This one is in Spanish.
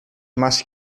más